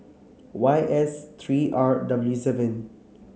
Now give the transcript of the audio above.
Y S three R W seven